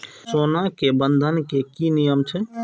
सोना के बंधन के कि नियम छै?